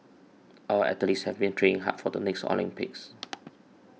our athletes have been training hard for the next Olympics